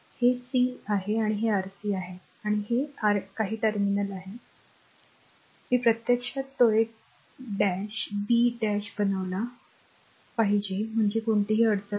हे c आहे हे Rc आहे आणि हे r काही टर्मिनल आहे हे r काही टर्मिनल आहे मी प्रत्यक्षात तो एक डॅश b डॅश बनवला पाहिजे मग कोणतीही अडचण नाही